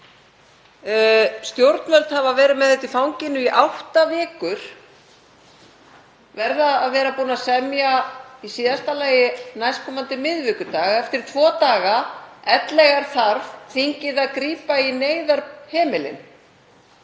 Stjórnvöld hafa verið með þetta í fanginu í átta vikur. Þau verða að vera búin að semja í síðasta lagi næstkomandi miðvikudag, eftir tvo daga, ellegar þarf þingið að grípa í neyðarhemilinn.